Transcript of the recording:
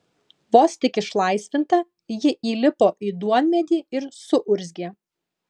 vos tik išlaisvinta ji įlipo į duonmedį ir suurzgė